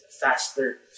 faster